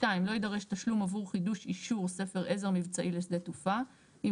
(2) לא יידרש תשלום עבור חידוש אישור ספר עזר מבצעי לשדה תעופה אם